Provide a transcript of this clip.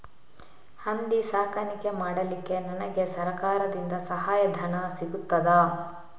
ಹಂದಿ ಸಾಕಾಣಿಕೆ ಮಾಡಲಿಕ್ಕೆ ನನಗೆ ಸರಕಾರದಿಂದ ಸಹಾಯಧನ ಸಿಗುತ್ತದಾ?